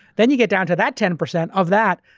then, you get down to that ten percent of that,